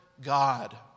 God